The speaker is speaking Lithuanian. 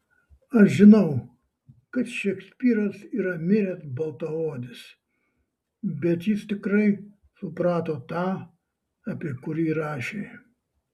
aš žinau kad šekspyras yra miręs baltaodis bet jis tikrai suprato tą apie kurį rašė